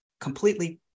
completely